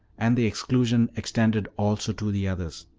and the exclusion extended also to the others,